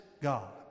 God